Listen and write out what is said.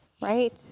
Right